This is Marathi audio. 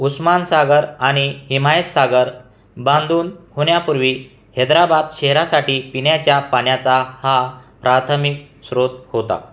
उस्मान सागर आणि हिमायत सागर बांधून होण्यापूर्वी हैदराबाद शहरासाठी पिण्याच्या पाण्याचा हा प्राथमिक स्रोत होता